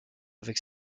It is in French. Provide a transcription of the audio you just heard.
avec